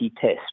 test